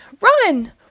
run